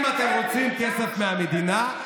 אם אתם רוצים כסף מהמדינה,